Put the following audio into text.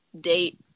date